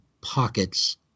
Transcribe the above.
pockets